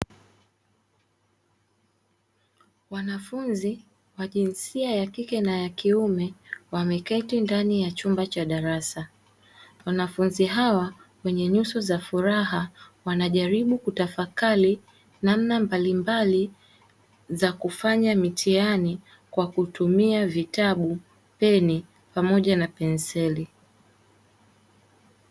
Wanafunzi wa jinsia ya kike na ya kiume wameketi ndani ya chumba cha darasa, wanafunzi hawa wenye nyuso za furaha wanajaribu kutafakari namna mbalimbali za kufanya mitihani kwa tumia vitabu, peni pamoja na penseli.